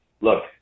look